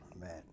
man